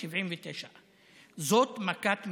79. זאת מכת מדינה.